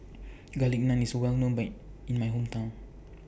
Garlic Naan IS Well known Ben in My Hometown